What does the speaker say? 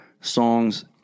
songs